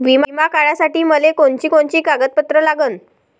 बिमा काढासाठी मले कोनची कोनची कागदपत्र लागन?